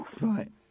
Right